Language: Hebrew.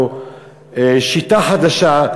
או שיטה חדשה,